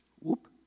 Whoop